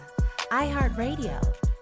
iHeartRadio